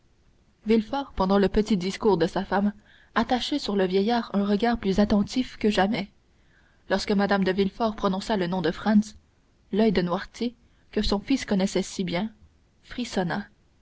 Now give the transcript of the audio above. villefort pendant le petit discours de sa femme attachait sur le vieillard un regard plus attentif que jamais lorsque mme de villefort prononça le nom de franz l'oeil de noirtier que son fils connaissait si bien frissonna